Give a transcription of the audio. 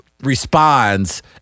responds